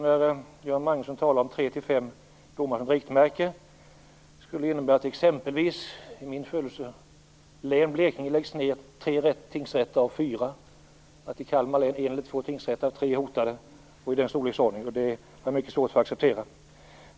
När Göran Magnusson talar om tre till fem domare som riktmärke, tolkar jag det som att det i exempelvis mitt födelselän skulle läggas ned tre tingsrätter av fyra. I Kalmar län skulle två tingsrätter av tre vara hotade osv. i den storleksordningen. Detta har jag mycket svårt att acceptera.